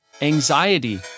Anxiety